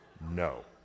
No